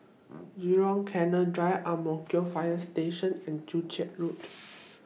Jurong Canal Drive Ang Mo Kio Fire Station and Joo Chiat Road